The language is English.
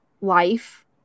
life